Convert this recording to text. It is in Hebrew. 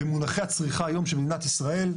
במונחי הצריכה היום של מדינת ישראל,